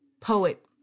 poet